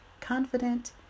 confident